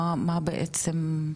מה בעצם?